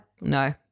no